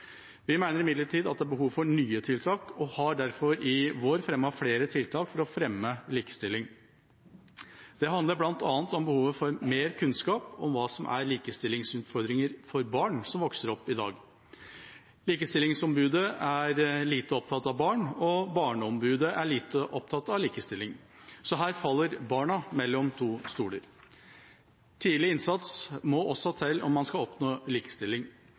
Vi mener imidlertid det er behov for nye tiltak, og har derfor i vår fremmet flere tiltak for å fremme likestilling. Det handler bl.a. om behovet for mer kunnskap om hva som er likestillingsutfordringer for barn som vokser opp i dag. Likestillingsombudet er lite opptatt av barn, og Barneombudet er lite opptatt av likestilling, så her faller barna mellom to stoler. Tidlig innsats må også til om man skal oppnå likestilling.